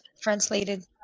translated